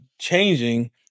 changing